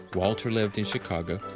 walter lived in chicago,